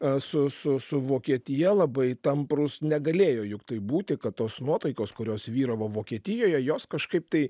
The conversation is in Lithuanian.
e su su su vokietija labai tamprūs negalėjo juk taip būti kad tos nuotaikos kurios vyravo vokietijoje jos kažkaip tai